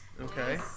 Okay